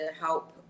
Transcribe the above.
help